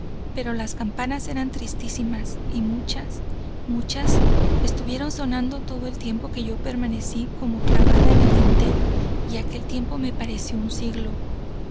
pero las campanadas eran tristísimas y muchas muchas estuvieron sonando todo el tiempo que yo permanecí como clavada en el dintel y aquel tiempo me pareció un siglo la